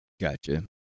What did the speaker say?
Gotcha